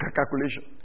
calculation